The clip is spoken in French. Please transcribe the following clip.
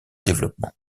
développement